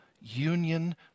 union